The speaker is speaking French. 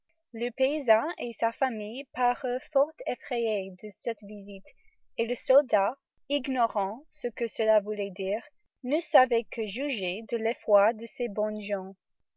le paysan et sa famille parurent fort effrayés de cette visite et le soldat ignorant ce que cela voulait dire ne savait que juger de l'effroi de ces bonnes gens